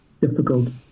difficult